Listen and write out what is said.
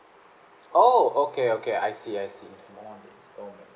oh okay okay I see I see four more gigs okay